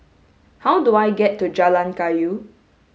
how do I get to Jalan Kayu